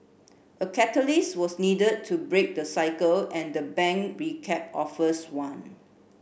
a catalyst was needed to break the cycle and the bank recap offers one